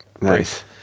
Nice